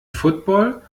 football